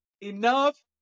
enough